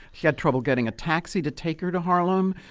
she had trouble getting a taxi to take her to harlem.